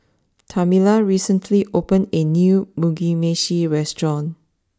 Tamela recently opened a new Mugi Meshi restaurant